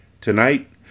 Tonight